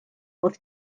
oedd